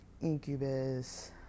Incubus